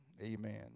Amen